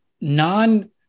non